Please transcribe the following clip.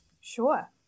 Sure